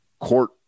court